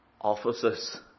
offices